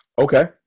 okay